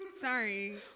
Sorry